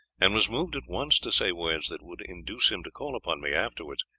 and was moved at once to say words that would induce him to call upon me afterwards,